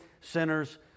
sinners